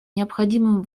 необходимым